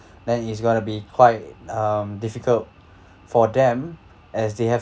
then it's going to be quite um difficult for them as they have